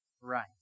right